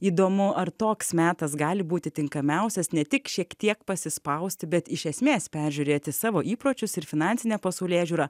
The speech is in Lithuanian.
įdomu ar toks metas gali būti tinkamiausias ne tik šiek tiek pasispausti bet iš esmės peržiūrėti savo įpročius ir finansinę pasaulėžiūrą